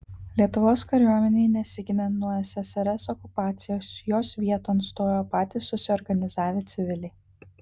lietuvos kariuomenei nesiginant nuo ssrs okupacijos jos vieton stojo patys susiorganizavę civiliai